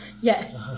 Yes